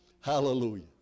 Hallelujah